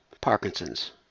Parkinson's